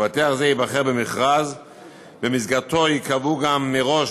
מבטח זה ייבחר במכרז שבמסגרתו גם ייקבעו מראש